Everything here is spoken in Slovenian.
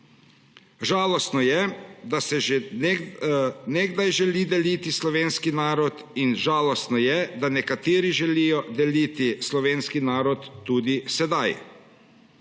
Žalostno je, da se že nekdaj želelo deliti slovenski narod, in žalostno je, da nekateri želijo deliti slovenski narod tudi sedaj.